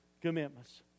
commitments